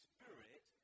Spirit